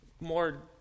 more